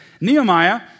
Nehemiah